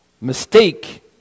mistake